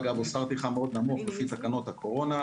אגב, הוא שכר טרחה מאוד נמוך לפי תקנות הקורונה.